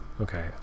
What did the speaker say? okay